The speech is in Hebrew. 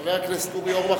חבר הכנסת חנין,